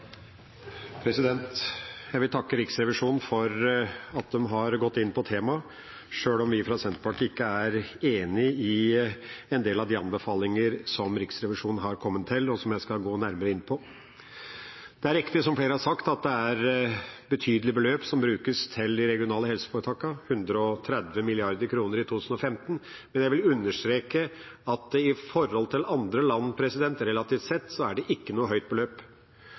Jeg vil takke Riksrevisjonen for at de har gått inn på temaet, sjøl om vi fra Senterpartiet ikke er enig i en del av de anbefalinger som Riksrevisjonen har kommet til, og som jeg skal gå nærmere inn på. Det er riktig, som flere har sagt, at det er betydelige beløp som brukes til de regionale helseforetakene – 130 mrd. kr i 2015 – men jeg vil understreke at i forhold til andre land, relativt sett, er det ikke noe høyt beløp.